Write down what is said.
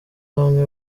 bamwe